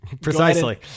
precisely